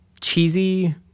cheesy